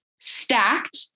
stacked